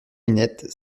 minette